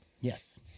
Yes